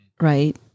Right